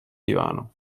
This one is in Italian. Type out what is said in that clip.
divano